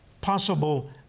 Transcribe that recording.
possible